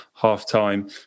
half-time